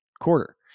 quarter